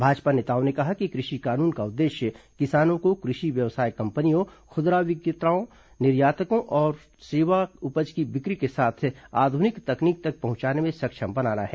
भाजपा नेताओं ने कहा कि कृषि कानून का उद्देश्य किसानों को कृषि व्यवसाय कंपनियों खुदरा विक्रेताओं निर्यातकों को सेवा और उपज की बिक्री के साथ आधनिक तकनीक तक पहचाने में सक्षम बनाना है